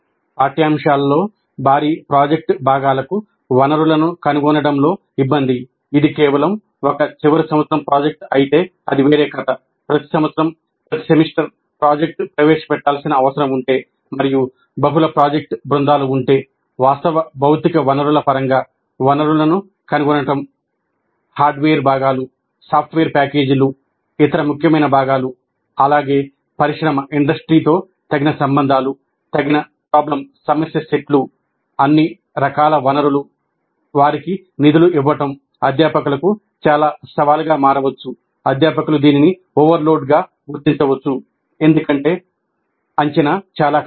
పాఠ్యాంశాల్లో భారీ ప్రాజెక్ట్ భాగాలకు వనరులను కనుగొనడంలో ఇబ్బంది ఇది కేవలం ఒక చివరి సంవత్సరం ప్రాజెక్ట్ అయితే అది వేరే కథ ప్రతి సంవత్సరం ప్రతి సెమిస్టర్ ప్రాజెక్ట్ ప్రవేశపెట్టాల్సిన అవసరం ఉంటే మరియు బహుళ ప్రాజెక్ట్ బృందాలు ఉంటే వాస్తవ భౌతిక వనరుల పరంగా వనరులను కనుగొనడం హార్డ్వేర్ భాగాలు గుర్తించవచ్చు ఎందుకంటే అంచనా చాలా కష్టం